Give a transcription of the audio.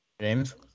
James